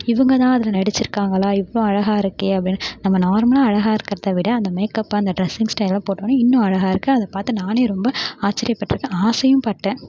இவங்க தான் அதில் நடிச்சுருக்காங்களா இவ்வளோ அழகாயிருக்கே அப்படின்னு நம்ம நார்மலாக அழகாக இருக்கிறத விட அந்த மேக்கப்பு அந்த டிரெஸ்ஸிங் ஸ்டைலெலாம் போட்டோம்ன்னே இன்னும் அழகாயிருக்கு அதை பார்த்து நானே ரொம்ப ஆச்சிரியப்பட்டிருக்கேன் ஆசையும்பட்டேன்